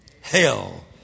hell